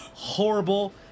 horrible